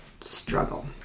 struggle